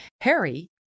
Harry